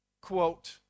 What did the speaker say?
quote